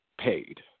paid